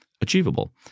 achievable